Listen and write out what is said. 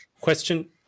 question